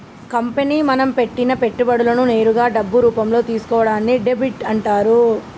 company మనం పెట్టిన పెట్టుబడులను నేరుగా డబ్బు రూపంలో తీసుకోవడాన్ని డెబ్ట్ అంటరు